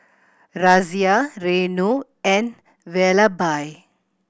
Razia Renu and Vallabhbhai